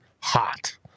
hot